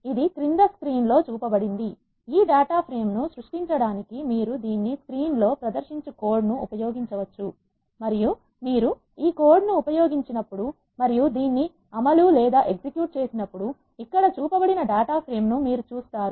ఇది క్రింద స్క్రీన్ లో చూపబడింది ఈ డాటా ఫ్రేమ్ ను సృష్టించడానికి మీరు దీన్ని స్క్రీన్ లో ప్రదర్శించు కోడ్ ను ఉపయోగించవచ్చు మరియు మీరు ఈ కోడ్ ను ఉపయోగించినప్పుడు మరియు దీన్ని అమలు లేదా ఎగ్జిక్యూట్ చేసినప్పుడు ఇక్కడ చూపబడిన డాటా ప్రేమ్ ను మీరు చూస్తారు